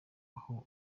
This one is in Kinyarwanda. aho